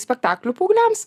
spektaklių paaugliams